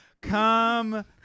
come